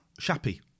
Shappy